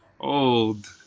old